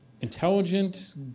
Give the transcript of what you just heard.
intelligent